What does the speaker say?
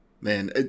Man